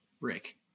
rick